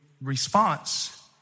response